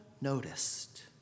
noticed